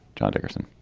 john dickerson